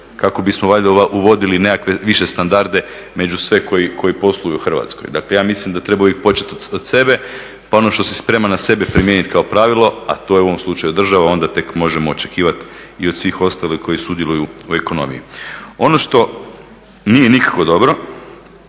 kako bismo uvodili nekakve više standarde među sve koji posluju u Hrvatskoj. Dakle ja mislim da bi trebali uvijek početi od sebe pa ono što se spreman na sebi primijeniti kao pravilo, a to je u ovom slučaju država, onda tek možemo očekivati i od svih ostalih koji sudjeluju u ekonomiji. Ono što nije nikako dobro,